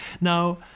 Now